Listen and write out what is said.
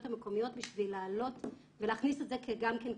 המקומיות בשביל להעלות ולהכניס את זה גם כן כסטנדרט.